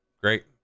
Great